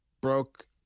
broke